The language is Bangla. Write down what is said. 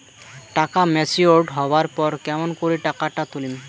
টাকা ম্যাচিওরড হবার পর কেমন করি টাকাটা তুলিম?